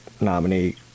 nominee